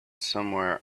somewhere